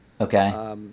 Okay